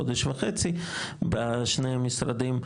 חודש וחצי בשני המשרדים.